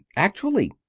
actually!